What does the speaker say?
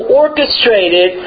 orchestrated